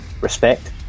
respect